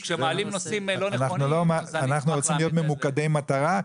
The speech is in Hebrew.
אנחנו רוצים להיות ממוקדי מטרה,